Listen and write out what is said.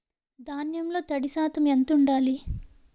ధాన్యంలో తడి శాతం ఎంత ఉండాలి?